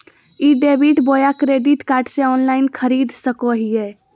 ई debit बोया credit card से online खरीद सको हिए?